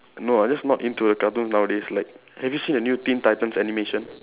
no I just not into the cartoons nowadays like have you seen the new teen titans animation